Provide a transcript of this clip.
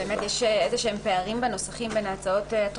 יש פערים כלשהם בנוסחים בין ההצעות שעברו